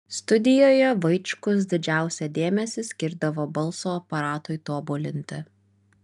studijoje vaičkus didžiausią dėmesį skirdavo balso aparatui tobulinti